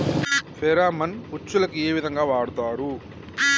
Pheromone ఉచ్చులకు ఏ విధంగా వాడుతరు?